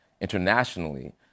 internationally